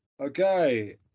Okay